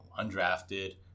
undrafted